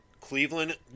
Cleveland